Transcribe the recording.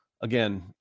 again